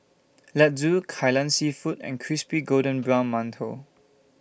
Laddu Kai Lan Seafood and Crispy Golden Brown mantou